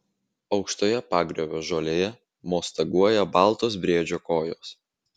aukštoje pagriovio žolėje mostaguoja baltos briedžio kojos